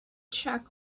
check